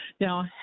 Now